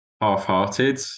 half-hearted